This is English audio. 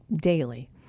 daily